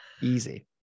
Easy